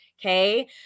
Okay